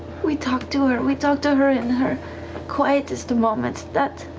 we talked to her. we talked to her in her quietest moments. that